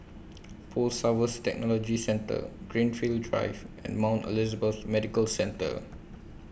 Post Harvest Technology Centre Greenfield Drive and Mount Elizabeth Medical Centre